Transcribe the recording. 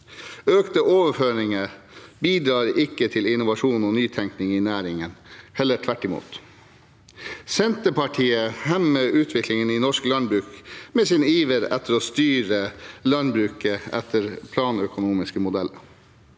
Økte overføringer bidrar ikke til innovasjon og nytenkning i næringen, heller tvert om. Senterpartiet hemmer utviklingen i norsk landbruk med sin iver etter å styre landbruket etter planøkonomiske modeller.